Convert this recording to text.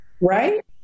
Right